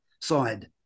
side